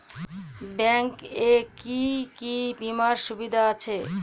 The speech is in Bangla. ব্যাংক এ কি কী বীমার সুবিধা আছে?